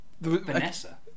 Vanessa